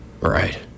Right